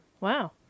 Wow